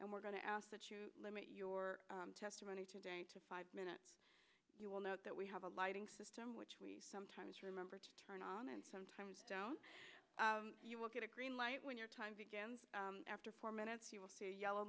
and we're going to ask that you limit your testimony today to five minutes you will note that we have a lighting system which we sometimes remember to turn on and sometimes you will get a green light when your time begins after four minutes you will see a yellow